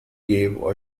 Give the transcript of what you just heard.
gave